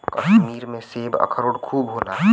कश्मीर में सेब, अखरोट खूब होला